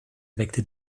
weckte